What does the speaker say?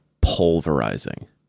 pulverizing